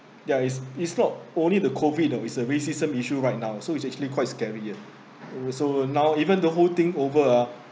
ya it's it's not only the COVID uh is a racism issue right now so it's actually quite scary there even so now even the whole thing over ah